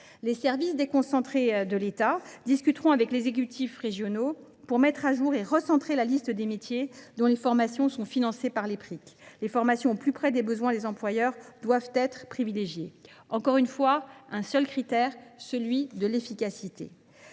Les services déconcentrés de l’État discuteront avec les exécutifs régionaux pour mettre à jour et recentrer la liste des métiers dont les formations sont financées par les Pric. Les formations au plus près des besoins des employeurs doivent être privilégiées ; encore une fois, le seul critère est celui de l’efficacité.